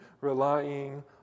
relying